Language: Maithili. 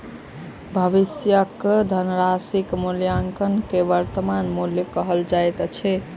भविष्यक धनराशिक मूल्याङकन के वर्त्तमान मूल्य कहल जाइत अछि